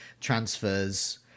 transfers